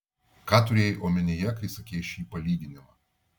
ką turėjai omenyje kai sakei šį palyginimą